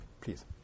Please